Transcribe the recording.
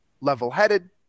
level-headed